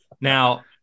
Now